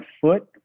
foot